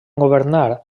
governar